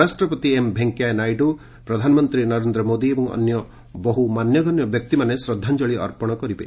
ଉପରାଷ୍ଟ୍ରପତି ଏମ୍ ଭେଙ୍କିୟା ନାଇଡୁ ପ୍ରଧାନମନ୍ତ୍ରୀ ନରେନ୍ଦ୍ର ମୋଦି ଏବଂ ଅନ୍ୟ ବହ୍ତ ମାନ୍ୟଗଣ୍ୟ ବ୍ୟକ୍ତିମାନେ ଶ୍ରଦ୍ଧାଞ୍ଜଳି ଅର୍ପଣ କରିବେ